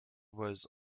was